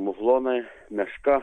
muflonai meška